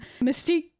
mystique